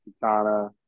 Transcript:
Katana